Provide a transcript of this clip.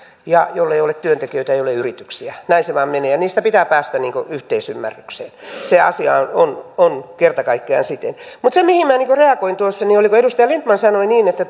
ja jollei ole työntekijöitä ei ole yrityksiä näin se vain menee ja niistä pitää päästä yhteisymmärrykseen se asia on on kerta kaikkiaan siten mutta se mihin minä tuossa reagoin oli kun edustaja lindtman sanoi niin että